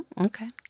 Okay